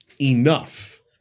enough